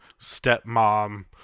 stepmom